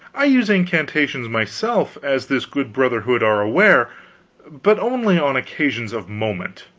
i use incantations myself, as this good brotherhood are aware but only on occasions of moment.